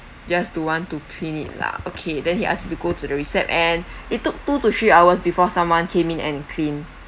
just don't want to clean it lah okay then he asked to go to the recept and it took two to three hours before someone came in and cleaned